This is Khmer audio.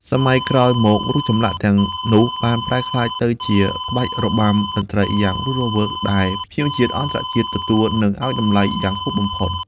សម័យក្រោយមករូបចម្លាក់ទាំង នោះបានប្រែក្លាយទៅជាក្បាច់របាំតន្ត្រីយ៉ាងរស់រវើកដែលភ្ញៀវជាតិអន្តរជាតិទទួលនិងឱ្យតម្លៃ យ៉ាងខ្ពស់បំផុត។